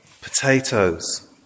Potatoes